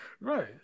Right